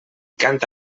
canta